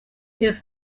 pierre